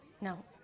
No